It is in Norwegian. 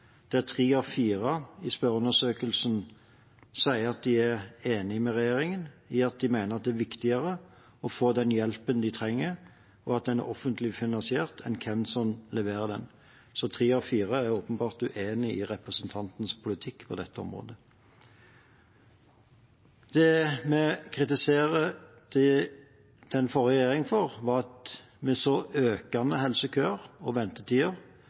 – der tre av fire i spørreundersøkelsen sier at de er enig med regjeringen i at det er viktigere å få den hjelpen de trenger, og at den er offentlig finansiert, enn hvem som leverer den. Tre av fire er åpenbart uenig i representantens politikk på dette området. Det vi kritiserer den forrige regjeringen for, er at vi så økende helsekøer og ventetider